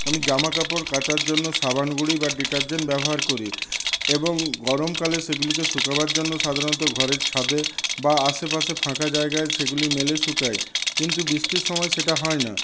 আমি জামাকাপড় কাচার জন্য সাবানগুঁড়ি বা ডিটারজেন্ট ব্যবহার করি এবং গরমকালে সেগুলিকে শুকাবার জন্য সাধারণত ঘরের ছাদে বা আশে পাশে ফাঁকা জায়গায় সেগুলি মেলে শুকাই কিন্তু বৃষ্টির সময়ে সেটা হয় না